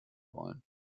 wollen